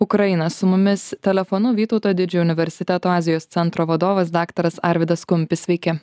ukrainą su mumis telefonu vytauto didžiojo universiteto azijos centro vadovas daktaras arvydas kumpis sveiki